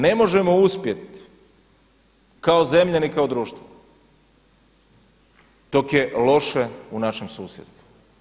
Ne možemo uspjeti ni kao zemlja, ni kao društvo dok je loše u našem susjedstvu.